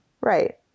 Right